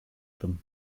them